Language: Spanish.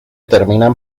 terminan